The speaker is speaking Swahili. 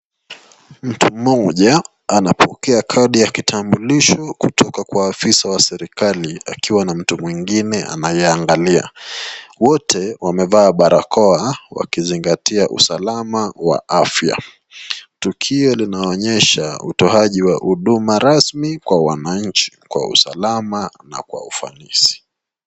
Mtu mmoja anapokea kadi ya kitambulisho kutoka kwa afisa wa serikali akiwa na mtu mwingine anayeiangalia. Wote wamevaa barakoa wakizingatia usalama wa afya. Tukio linaonyesha utowaji wa huduma rasmi kwa wananchi kwa usalama na kwa ufanisi.